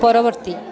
ପରବର୍ତ୍ତୀ